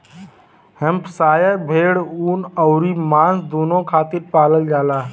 Hampshire भेड़ ऊन अउरी मांस दूनो खातिर पालल जाला